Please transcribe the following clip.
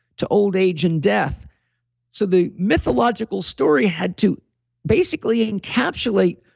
to old age, and death so the mythological story had to basically encapsulate,